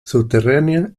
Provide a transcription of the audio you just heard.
subterráneas